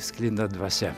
sklinda dvasia